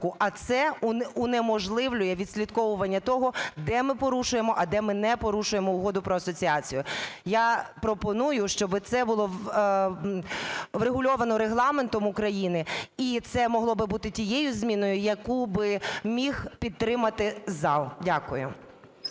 а це унеможливлює відслідковування того, де ми порушуємо, а де ми не порушуємо Угоду про асоціацію. Я пропоную, щоби це було врегульовано Регламентом України і це могло би бути тією зміною, яку би міг підтримати зал. Дякую.